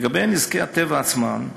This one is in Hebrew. לגבי נזקי הטבע עצמם,